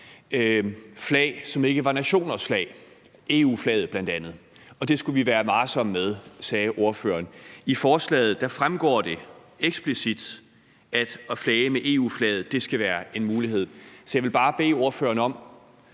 flag, som ikke var nationers flag, bl.a. EU-flaget. Ordføreren sagde, at det skulle vi være varsomme med. I forslaget fremgår det eksplicit, at det at flage med EU-flaget skal være en mulighed. Jeg vil bare bede ordføreren om